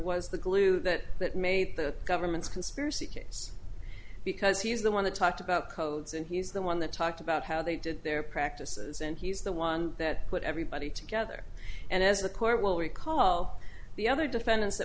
was the glue that that made the government's conspiracy case because he's the one that talked about codes and he's the one that talked about how they did their practices and he's the one that put everybody together and as the court will recall the other defendants that